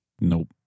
Nope